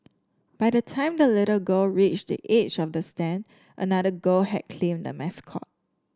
by the time the little girl reached the edge of the stand another girl had claimed the mascot